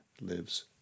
lives